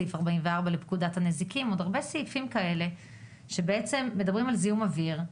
סעיף 44 לפקודת הנזקין ועוד הרבה סעיפים שמדברים על זיהום אוויר.